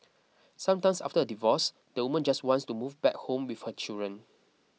sometimes after a divorce the woman just wants to move back home with her children